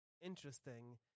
interesting